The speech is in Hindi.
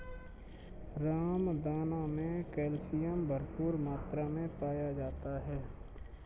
रामदाना मे कैल्शियम भरपूर मात्रा मे पाया जाता है